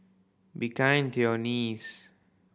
be kind to your knees